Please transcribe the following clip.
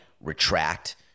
retract